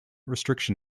restriction